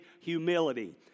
humility